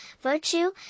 virtue